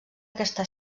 aquesta